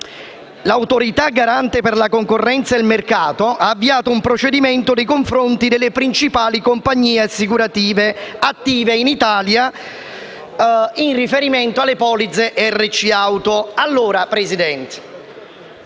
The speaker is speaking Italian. l'Autorità garante per la concorrenza e il mercato ha avviato un procedimento nei confronti delle principali compagnie assicurative attive in Italia in riferimento alle polizze RC auto. Quindi, signor